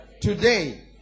Today